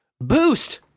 Boost